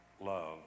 love